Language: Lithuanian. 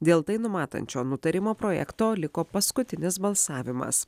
dėl tai numatančio nutarimo projekto liko paskutinis balsavimas